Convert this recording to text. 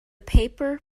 paper